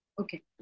Okay